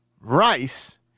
Rice